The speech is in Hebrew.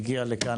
היא הגיעה לכאן,